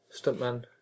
stuntman